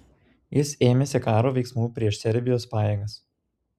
jie ėmėsi karo veiksmų prieš serbijos pajėgas